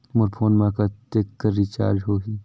मोर phone मा कतेक कर रिचार्ज हो ही?